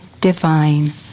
divine